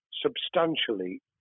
substantially